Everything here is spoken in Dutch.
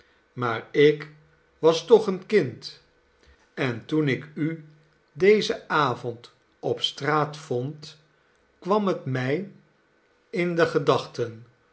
maar ik was toch een kind en toen ik u dezen avond op straat vond kwam het mij in de gedachten